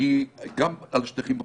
היא גם על השטחים הפתוחים.